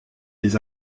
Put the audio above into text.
des